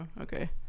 okay